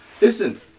Listen